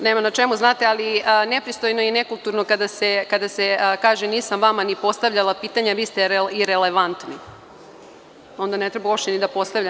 Nema na čemu, ali je nepristojno i nekulturno kada se kaže – nisam vama ni postavljala pitanje, vi ste irelevantni, onda ne treba uopšte ni da postavlja.